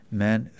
men